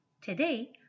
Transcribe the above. Today